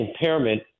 impairment